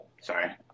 Sorry